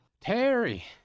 Terry